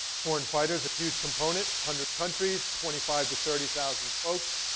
foreign fighters, a huge component, hundred countries, twenty five to thirty thousand folks.